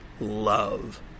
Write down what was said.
Love